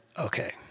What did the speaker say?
okay